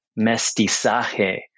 mestizaje